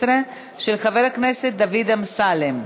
חבר הכנסת דוד אמסלם.